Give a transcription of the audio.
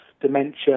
dementia